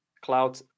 Cloud